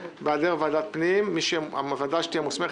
4 - הוראת שעה - צו בעניין מכוני בקרה כפי שתוקן